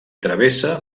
travessa